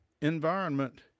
environment